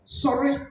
sorry